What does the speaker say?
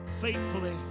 Faithfully